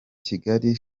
kigali